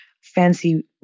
fancy